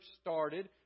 started